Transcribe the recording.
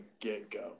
get-go